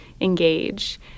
engage